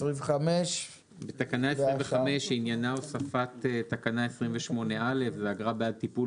25. בתקנה 25 שעניינה הוספת תקנה 28(א) זה אגרה בעד טיפול